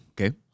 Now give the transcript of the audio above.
Okay